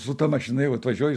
su ta mašina jau atvažiuoju